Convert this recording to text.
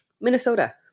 Minnesota